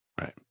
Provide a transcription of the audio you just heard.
Right